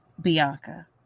Bianca